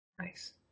nice